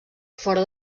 fora